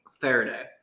Faraday